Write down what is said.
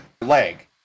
leg